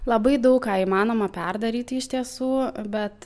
labai daug ką įmanoma perdaryti iš tiesų bet